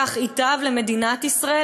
כך ייטב למדינת ישראל,